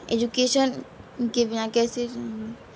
education کے